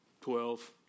Twelve